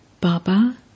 Baba